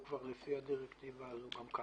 הוא כבר לפי הדירקטיבה הזאת גם ככה.